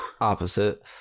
opposite